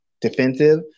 defensive